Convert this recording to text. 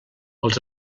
els